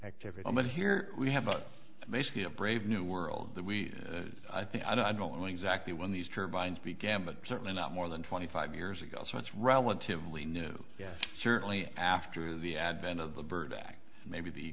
activity but here we have a basically a brave new world that we i think i don't know exactly when these turbines began but certainly not more than twenty five years ago so it's relatively new yes certainly after the advent of the bird act maybe the